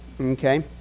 okay